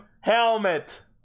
helmet